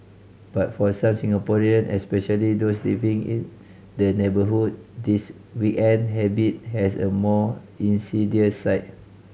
but for such Singaporean especially those living in the neighbourhood this weekend habit has a more insidious side